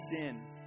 sin